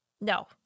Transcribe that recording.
No